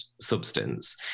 substance